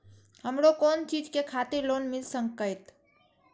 हमरो कोन चीज के खातिर लोन मिल संकेत?